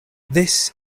this